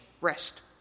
rest